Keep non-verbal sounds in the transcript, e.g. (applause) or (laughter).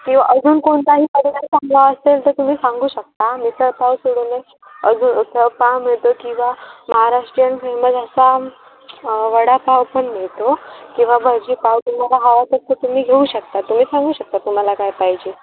किंवा अजून कोणताही (unintelligible) चांगला असेल तर तुम्ही सांगू शकता मिसळपाव सोडूनच अजून उसळपाव मिळतो किंवा महाराष्ट्रीयन फेमस असा वडापाव पण मिळतो किंवा भजीपाव तुम्हाला हवा तसं तुम्ही घेऊ शकता तुम्ही सांगू शकता तुम्हाला काय पाहिजे